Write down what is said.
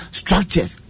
structures